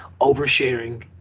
oversharing